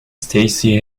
stacy